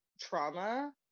trauma